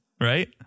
right